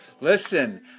Listen